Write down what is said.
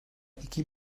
iki